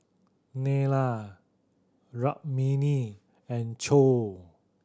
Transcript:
Neila Rukmini and Choor